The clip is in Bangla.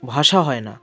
ভাষা হয় না